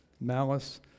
Malice